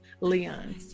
Leon